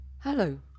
Hello